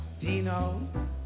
Dino